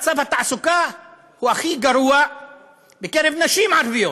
מצב התעסוקה הוא הכי גרוע בקרב נשים ערביות,